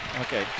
okay